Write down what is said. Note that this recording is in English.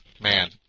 Man